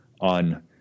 on